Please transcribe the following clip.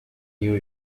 new